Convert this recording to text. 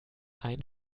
ein